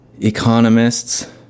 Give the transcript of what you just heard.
economists